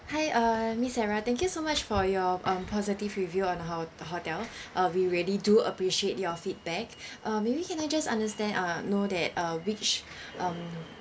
hi uh miss sarah thank you so much for your um positive review on our ho~ hotel uh we really do appreciate your feedback uh maybe can I just understand uh know that uh which um